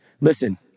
Listen